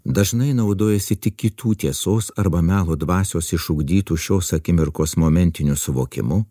dažnai naudojasi tik kitų tiesos arba melo dvasios išugdytų šios akimirkos momentiniu suvokimu